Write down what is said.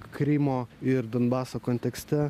krymo ir donbaso kontekste